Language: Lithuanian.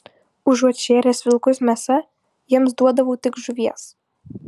užuot šėręs vilkus mėsa jiems duodavau tik žuvies